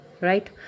Right